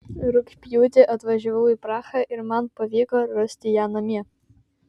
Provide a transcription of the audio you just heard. rugpjūtį atvažiavau į prahą ir man pavyko rasti ją namie